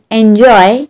enjoy